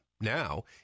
Now